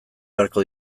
beharko